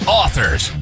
authors